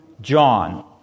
John